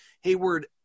Hayward